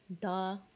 Duh